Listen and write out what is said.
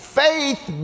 faith